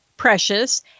Precious